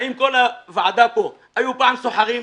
האם כל הוועדה פה היו פעם סוחרים,